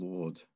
Lord